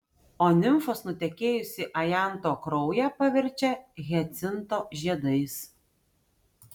o nimfos nutekėjusį ajanto kraują paverčia hiacinto žiedais